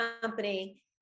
company